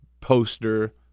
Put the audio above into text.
poster